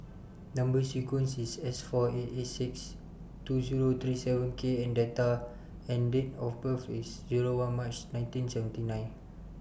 Number sequence IS S four eight six two Zero three seven K and Data and Date of birth IS Zero one March nineteen seventy nine